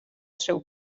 seu